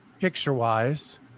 picture-wise